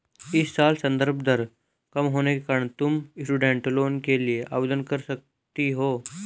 इस साल संदर्भ दर कम होने के कारण तुम स्टूडेंट लोन के लिए आवेदन कर सकती हो